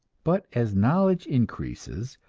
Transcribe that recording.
but as knowledge increases,